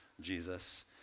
Jesus